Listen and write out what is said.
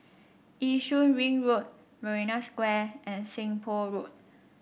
Yishun Ring Road Marina Square and Seng Poh Road